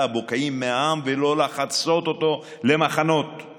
הבוקעים מהעם ולא לחצות אותו למחנות,